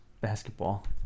basketball